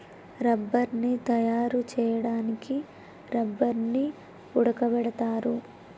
రబ్బర్ని తయారు చేయడానికి రబ్బర్ని ఉడకబెడతారు